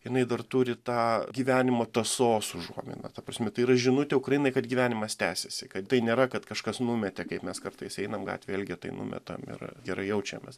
jinai dar turi tą gyvenimo tąsos užuominą ta prasme tai yra žinutė ukrainai kad gyvenimas tęsiasi kad tai nėra kad kažkas numetė kaip mes kartais einam gatvėj elgetai numetam ir gerai jaučiamės